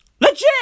Legit